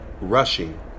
rushing